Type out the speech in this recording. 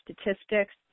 statistics